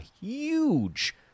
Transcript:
huge